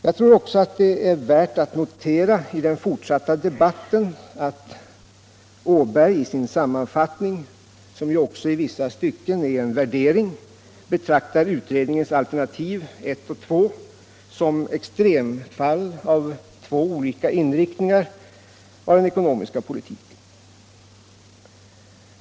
Jag tror också att det är värt att notera i den fortsatta debatten att Åberg i sin sammanfattning — som ju också i vissa stycken är en värdering — betraktar utredningens alternativ I och 2 som extremfall av två olika inriktningar av den ekonomiska politiken.